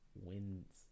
wins